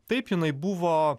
taip jinai buvo